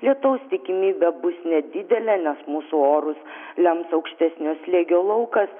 lietaus tikimybė bus nedidelė nes mūsų orus lems aukštesnio slėgio laukas